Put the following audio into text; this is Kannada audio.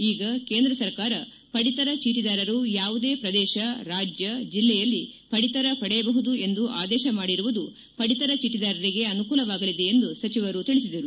ಈಗ ಕೇಂದ್ರ ಸರ್ಕಾರ ಪಡಿತರ ಚೀಟದಾರರು ಯಾವುದೇ ಪ್ರದೇಶ ರಾಜ್ಯ ಜಿಲ್ಲೆಯಲ್ಲಿ ಪಡಿತರ ಪಡೆಯಬಹುದು ಎಂದು ಆದೇಶ ಮಾಡಿರುವುದು ಪಡಿತರ ಚೀಟ ದಾರರಿಗೆ ಅನುಕೂಲವಾಗಲಿದೆ ಎಂದ ಸಚಿವರು ಹೇಳಿದರು